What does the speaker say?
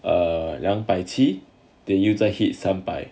err 两百七有再 hit 三百